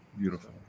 Beautiful